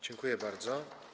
Dziękuję bardzo.